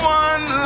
one